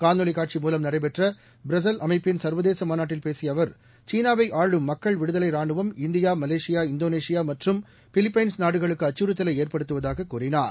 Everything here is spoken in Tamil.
காணொலி காட்சி மூலம் நடைபெற்ற பிரஸ்லெஸ் அமைப்பின் சர்வதேச மாநாட்டில் பேசிய அவர் சீனாவை ஆளும் மக்கள் விடுதலை ராணுவம் இந்தியா மலேசியா இந்தோனேசியா மற்றம் பிலிப்பைன்ஸ் நாடுகளுக்கு அச்சுறுத்தலை ஏற்படுத்துவதாக கூறினார்